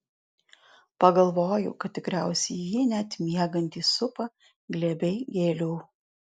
pagalvojau kad tikriausiai jį net miegantį supa glėbiai gėlių